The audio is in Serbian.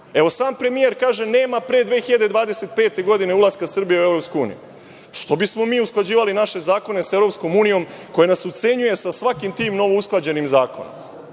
EU.Sam premijer kaže da nema pre 2025. godine ulaska Srbije u EU, što bismo mi usklađivali naše zakone sa EU koja nas ucenjuje sa svakim tim novousklađenim zakonom?